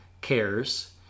cares